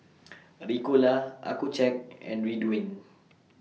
Ricola Accucheck and Ridwind